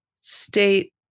state